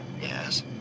Yes